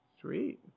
Sweet